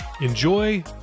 Enjoy